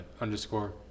underscore